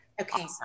Okay